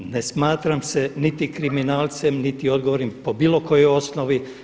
Ne smatram se niti kriminalcem, niti odgovornim po bilo kojoj snovi.